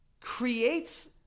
creates